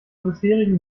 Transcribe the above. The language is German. bisherigen